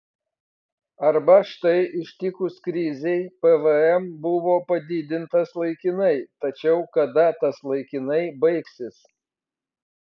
arba štai ištikus krizei pvm buvo padidintas laikinai tačiau kada tas laikinai baigsis